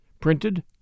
Printed